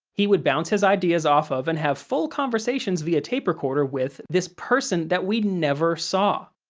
he would bounce his ideas off of and have full conversations via tape recorder with this person that we never saw.